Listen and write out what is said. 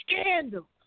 Scandal